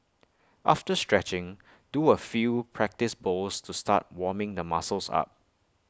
after stretching do A few practice bowls to start warming the muscles up